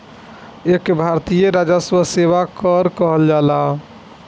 एके भारतीय राजस्व सेवा कर कहल जाला